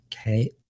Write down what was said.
Okay